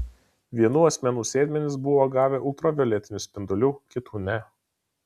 vienų asmenų sėdmenys buvo gavę ultravioletinių spindulių kitų ne